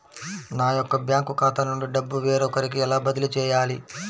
నా యొక్క బ్యాంకు ఖాతా నుండి డబ్బు వేరొకరికి ఎలా బదిలీ చేయాలి?